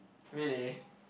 really